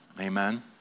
Amen